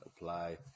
apply